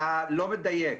אתה לא מדייק.